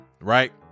right